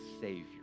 Savior